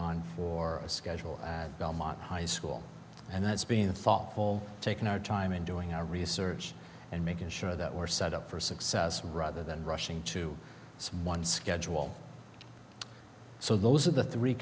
on for a schedule at belmont high school and that's being thoughtful taking our time and doing our research and making sure that we're set up for success rather than rushing to smile on schedule so those are the three